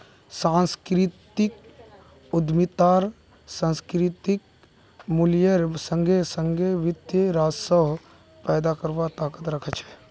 सांस्कृतिक उद्यमितात सांस्कृतिक मूल्येर संगे संगे वित्तीय राजस्व पैदा करवार ताकत रख छे